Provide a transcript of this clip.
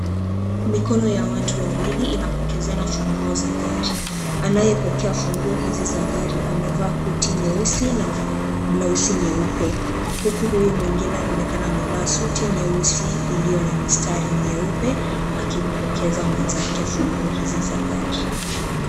Mikono ya watu wawili inapokezana funguo za gari. Anaye pokea funguo hizi za gari amevaa koti nyeusi na blausi nyeupe. Huku huyu mwingine anaonekana amevaa suti nyeusi iliyo na mistari mieupe, akimpokeza mwenzake funguo hizi za gari.